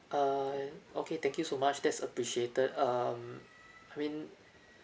err okay thank you so much that's appreciated um I mean